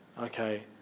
Okay